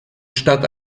statt